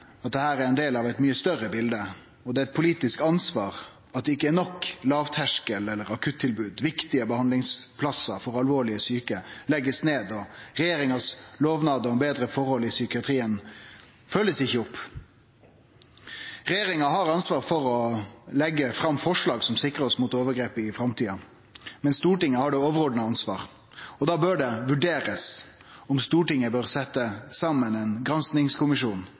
er ein del av eit mykje større bilete. Det er eit politisk ansvar at det ikkje er nok lågterskel- eller akuttilbod, at viktige behandlingsplassar for alvorleg sjuke blir lagde ned, og at regjeringas lovnad om betre forhold i psykiatrien ikkje blir følgd opp. Regjeringa har ansvar for å leggje fram forslag som sikrar oss mot overgrep i framtida, men Stortinget har det overordna ansvaret, og da bør det vurderast om Stortinget bør setje saman ein granskingskommisjon